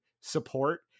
support